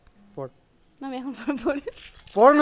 ভারতে বসরে চার বার ফসল ফলালো হ্যয় যাতে পিথিবীর মইধ্যে পঁচিশ শতাংশ